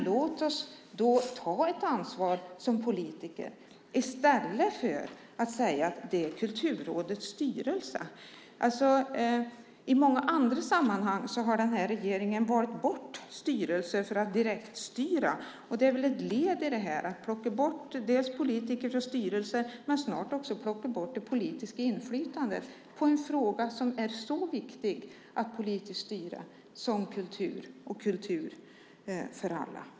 Låt oss ta ett ansvar som politiker i stället för att säga att det är Kulturrådets styrelse. I många andra sammanhang har den här regeringen valt bort styrelser för att direktstyra. Det är väl ett led i att plocka bort politiker från styrelser och snart också plocka bort det politiska inflytandet på en fråga som är så viktig att styra politiskt som kultur och kultur för alla.